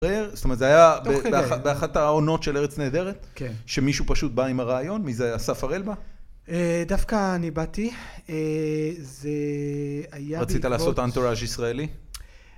זאת אומרת זה היה באחת העונות של ארץ נהדרת? כן. שמישהו פשוט בא עם הרעיון, מי זה היה, אסף הראל בא? דווקא אני באתי, זה היה... רצית לעשות אנטוראג' ישראלי?